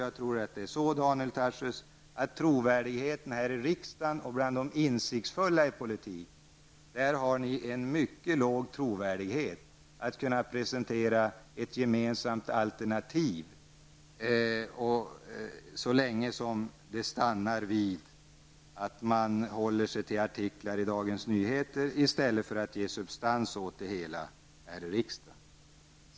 Jag tror, Daniel Tarschys, att ni här i riksdagen och bland dem som är insiktsfulla i politiken har en mycket låg trovärdighet när det gäller att kunna presentera ett gemensamt alternativ. Detta gäller så länge som man håller sig till att skriva artiklar i Dagens Nyheter i stället för att ge substans åt sin mening här i riksdagen.